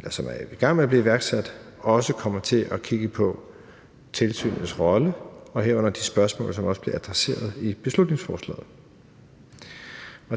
FE, som er i gang med at blive iværksat, også kommer til at kigge på tilsynets rolle og herunder de spørgsmål, som også bliver adresseret i beslutningsforslaget.